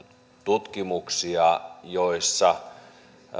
tutkimuksia joissa